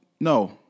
no